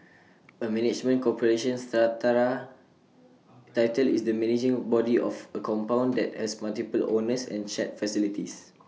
A management corporation strata title is the managing body of A compound that has multiple owners and shared facilities